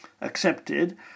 accepted